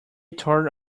tore